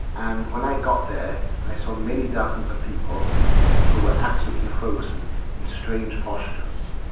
and when i got there i saw many dozens of people who were absolutely frozen in strange postures.